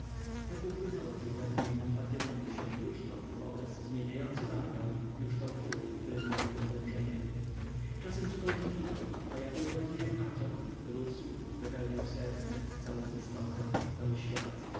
tak upłynęło kilka dni na wpatrywaniu się jużto w ów obraz zmieniający barwę jużto w ból który zmieniał natężenie czasami zupełnie ginął pojawiał drobny jak atom rósł wypełniał serce całą istotę cały świat